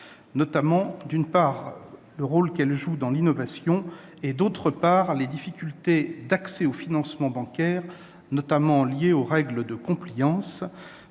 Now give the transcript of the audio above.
tenu, d'une part, du rôle qu'elles jouent dans l'innovation et, d'autre part, des difficultés d'accès aux financements bancaires, notamment liées aux règles de « compliance